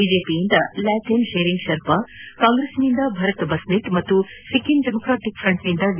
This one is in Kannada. ಬಿಜೆಪಿಯಿಂದ ಲ್ಯಾಟೆನ್ ಶೇರಿಂಗ್ ಶೆರ್ಪಾ ಕಾಂಗ್ರೆಸ್ನಿಂದ ಭರತ್ ಬಸ್ಟೆಟ್ ಹಾಗೂ ಸಿಕ್ಕಿಂ ಡೆಮಾಕ್ರಾಟಕ್ ಫ್ರಂಟ್ನಿಂದ ಡಿ